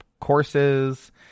courses